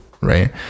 right